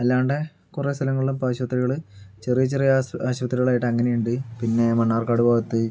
അല്ലാണ്ട് കുറെ സ്ഥലങ്ങളുള്ള ആശുപത്രികള് ചെറിയ ചെറിയ ആശുപത്രികളായിട്ട് അങ്ങനെയുണ്ട് പിന്നെ മണ്ണാർക്കാട് ഭാഗത്ത്